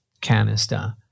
canister